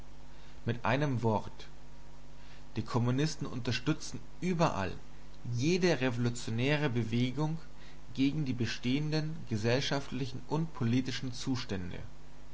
mit einem wort die kommunisten unterstützen überall jede revolutionäre bewegung gegen die bestehenden gesellschaftlichen und politischen zustände